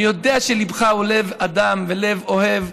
אני יודע שליבך הוא לב אדם ולב אוהב.